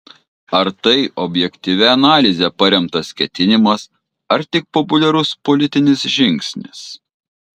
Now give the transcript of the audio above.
ar tai objektyvia analize paremtas ketinimas ar tik populiarus politinis žingsnis